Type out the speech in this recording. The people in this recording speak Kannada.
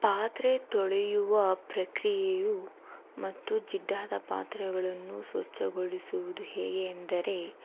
ಪಾತ್ರೆ ತೊಳೆಯುವ ಪ್ರಕ್ರಿಯೆಯು ಮತ್ತು ಜಿಡ್ಡಾದ ಪಾತ್ರೆಗಳನ್ನು ಸ್ವಚ್ಛಗೊಳಿಸುವುದು ಹೇಗೆ ಎಂದರೆ